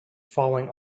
falling